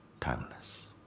Timeless